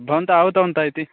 भवन्तः आहुतवन्तः इति